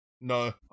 No